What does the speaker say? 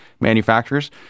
manufacturers